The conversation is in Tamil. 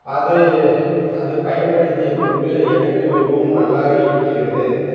அது அதைப் பயன்படுத்திய பின்பு எனக்கு மிகவும் நல்லா இருக்கிறது